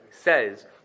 says